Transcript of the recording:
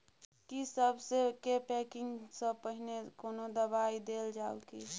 की सबसे के पैकिंग स पहिने कोनो दबाई देल जाव की?